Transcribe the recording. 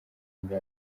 muri